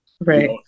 right